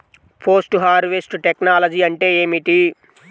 Post harvest technology అంటే ఏమిటి?